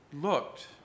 looked